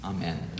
Amen